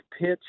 pitch